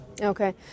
Okay